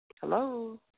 Hello